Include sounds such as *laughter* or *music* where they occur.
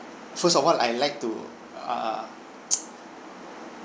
first of all I'll like to err *noise*